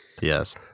Yes